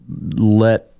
let